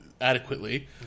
adequately